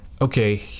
okay